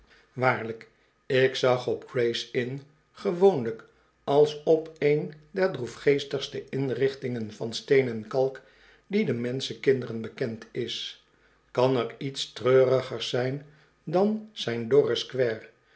waarlijk ik zag op grays inn gewoonlijk als op een der droefgeestigste inrichtingen vansteen en kalk die den menschenkinderen bekend is ican er iets treurigers zijn dan zijn